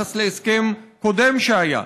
ביחס להסכם קודם שהיה?